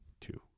Two